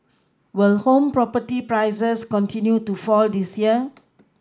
will home property prices continue to fall this year